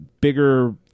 bigger